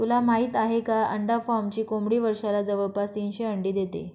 तुला माहित आहे का? अंडा फार्मची कोंबडी वर्षाला जवळपास तीनशे अंडी देते